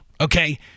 okay